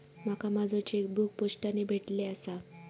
माका माझो चेकबुक पोस्टाने भेटले आसा